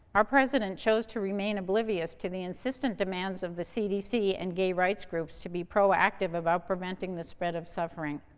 our president chose to remain oblivious to the insistent demands of the cdc and gay rights groups to be proactive about preventing the spread of suffering.